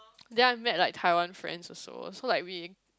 then I met like Taiwan friends also so like we